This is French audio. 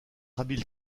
habile